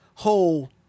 whole